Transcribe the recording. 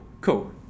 Cool